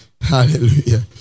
Hallelujah